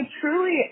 truly